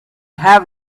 have